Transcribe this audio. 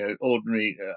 ordinary